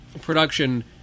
production